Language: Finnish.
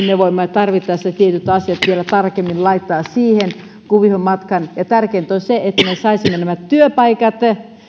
me voimme tarvittaessa tietyt asiat vielä tarkemmin laittaa siihen kuvioon matkaan ja tärkeintä on se että me saisimme nämä työpaikat